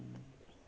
oh